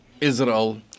Israel